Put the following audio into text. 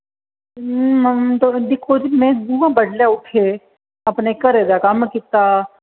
तुस दिक्खो जी में बडलै उट्ठियै अपने घरै दा कम्म कीता